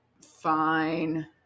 fine